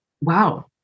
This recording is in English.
wow